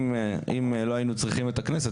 אם לא היינו צריכים את הכנסת,